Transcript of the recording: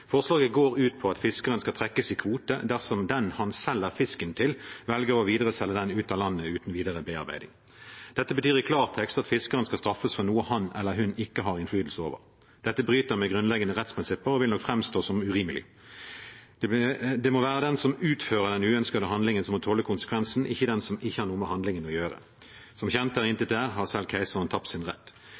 kvote dersom den han selger fisken til, velger å videreselge den ut av landet uten videre bearbeiding. Dette betyr i klartekst at fiskeren skal straffes for noe han eller hun ikke har innflytelse over. Dette bryter med grunnleggende rettsprinsipper og vil nok framstå som urimelig. Det må være den som utfører den uønskede handlingen, som må tåle konsekvensen, ikke den som ikke har noe med handlingen å gjøre. Som kjent – der intet er, har selv keiseren tapt sin rett.